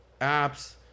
apps